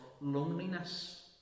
loneliness